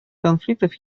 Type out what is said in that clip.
конфликтов